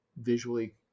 visually